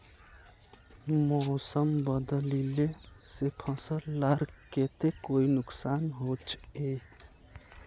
मौसम बदलिले से फसल लार केते कोई नुकसान होचए?